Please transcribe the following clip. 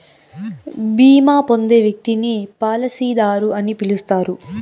బీమా పొందే వ్యక్తిని పాలసీదారు అని పిలుస్తారు